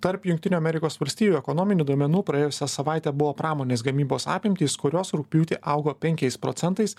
tarp jungtinių amerikos valstijų ekonominių duomenų praėjusią savaitę buvo pramonės gamybos apimtys kurios rugpjūtį augo penkiais procentais